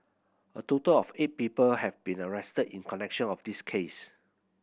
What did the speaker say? a total of eight people have been arrested in connection of this case